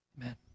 Amen